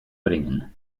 bringen